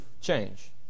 change